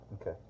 Okay